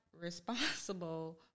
responsible